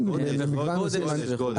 גודש, גודש.